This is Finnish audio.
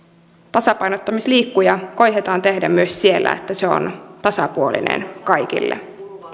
tasapainottamisliikkuja koetetaan tehdä myös siellä niin että se on tasapuolinen kaikille